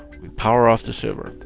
we power off the server.